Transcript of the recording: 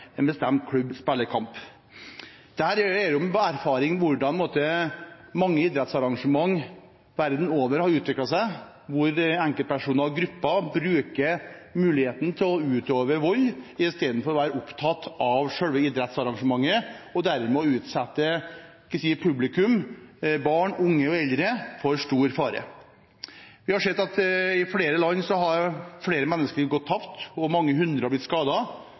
en bestemt klubb spiller kamp. Dette er etter erfaring fra hvordan mange idrettsarrangementer verden over har utviklet seg, hvor enkeltpersoner og grupper bruker muligheten til å utøve vold istedenfor å være opptatt av selve idrettsarrangementet, og dermed også utsetter publikum – barn, unge og eldre – for stor fare. Vi har sett at i flere land har menneskeliv gått tapt og mange hundre blitt skadet fordi en ikke har